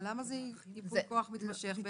למה זה ייפוי כוח מתמשך?